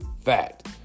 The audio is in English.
fact